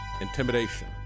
intimidation